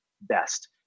best